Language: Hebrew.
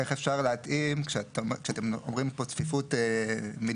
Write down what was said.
אבל איך אפשר להתאים כשאתם אומרים פה צפיפות מינימלית,